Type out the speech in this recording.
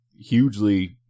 hugely